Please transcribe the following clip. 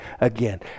again